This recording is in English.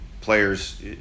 players